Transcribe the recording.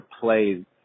play